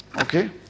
Okay